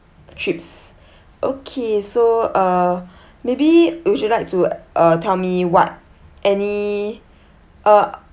trips okay so uh maybe would you like to tell me what any uh